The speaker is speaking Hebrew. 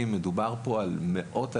של שניים-שלושה מטרים ממש יסבול מכאבים,